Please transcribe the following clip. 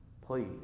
Please